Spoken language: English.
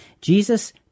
Jesus